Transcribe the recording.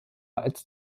als